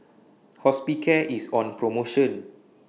Hospicare IS on promotion